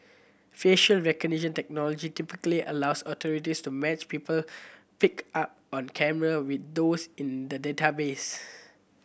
facial recognition technology typically allows authorities to match people picked up on camera with those in databases